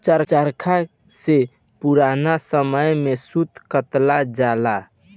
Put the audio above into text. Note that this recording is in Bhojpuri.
चरखा से पुरान समय में सूत कातल जाला